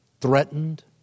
threatened